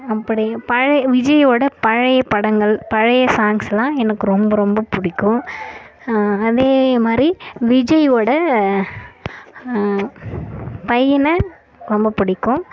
அப்படி பழைய விஜயோடய பழைய படங்கள் பழைய சாங்ஸ்லாம் எனக்கு ரொம்ப ரொம்ப பிடிக்கும் அதே மாதிரி விஜய்யோடய பையனை ரொம்ப பிடிக்கும்